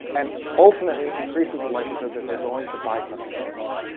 and ultimately increases the likelihood that they're going to buy something from you.